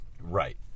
Right